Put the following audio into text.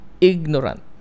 ignorant